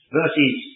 verses